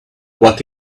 what